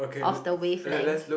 of the wavelength